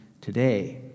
today